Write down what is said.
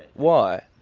why?